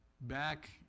Back